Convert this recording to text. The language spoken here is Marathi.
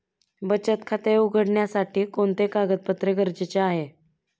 बचत खाते उघडण्यासाठी कोणते कागदपत्रे गरजेचे आहे?